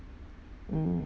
mm